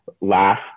last